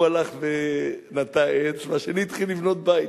ההוא הלך ונטע עץ והשני התחיל לבנות בית.